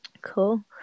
Cool